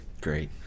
Great